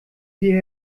hier